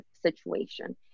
situation